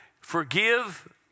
Forgive